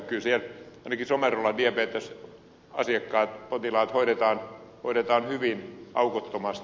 kyllä ainakin somerolla diabetespotilaat hoidetaan hyvin aukottomasti